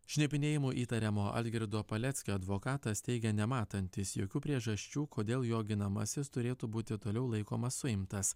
šnipinėjimu įtariamo algirdo paleckio advokatas teigia nematantis jokių priežasčių kodėl jo ginamasis turėtų būti toliau laikomas suimtas